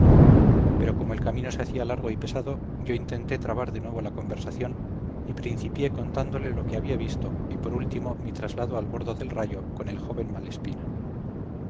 pero como el camino se hacía largo y pesado yo intenté trabar de nuevo la conversación y principié contándole lo que había visto y por último mi traslado a bordo del rayo con el joven malespina